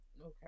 Okay